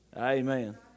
amen